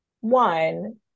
one